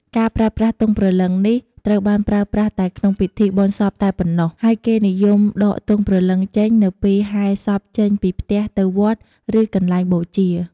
ការប្រើប្រាស់ទង់ព្រលឺងនេះ ត្រូវបានប្រើប្រាស់តែក្នុងពិធីបុណ្យសពតែប៉ុណ្ណោះ ហើយគេនិយមដកទង់ព្រលឹងចេញនៅពេលហែរសពចេញពីផ្ទះទៅវត្ត ឬកន្លែងបូជា។